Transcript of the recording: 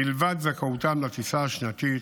מלבד זכאותם לטיסה השנתית,